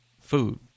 food